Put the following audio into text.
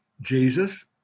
Jesus